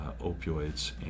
opioids